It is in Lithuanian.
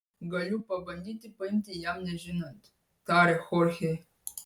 galiu pabandyti paimti jam nežinant tarė chorchė